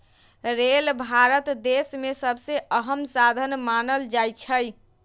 rail Bharat देश में सबसे अहम साधन मानल जाई छई